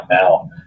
now